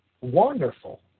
Wonderful